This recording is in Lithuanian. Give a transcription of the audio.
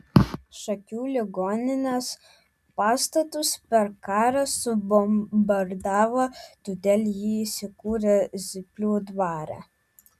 šakių ligoninės pastatus per karą subombardavo todėl ji įsikūrė zyplių dvare